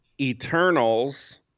Eternals